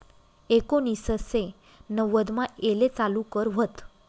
एकोनिससे नव्वदमा येले चालू कर व्हत